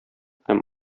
һәм